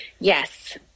Yes